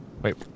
Wait